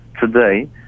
today